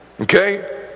Okay